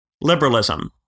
liberalism